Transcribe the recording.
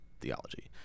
theology